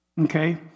Okay